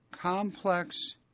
complex